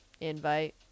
Invite